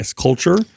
culture